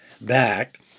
back